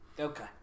Okay